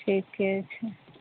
ठीके छै